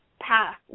path